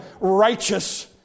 righteous